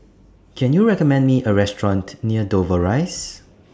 Can YOU recommend Me A Restaurant near Dover Rise